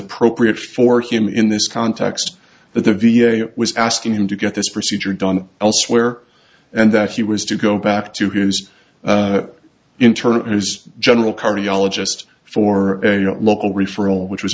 appropriate for him in this context that the v a was asking him to get this procedure done elsewhere and that he was to go back to who's internal and his general cardiologist for a local referral which was